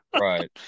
Right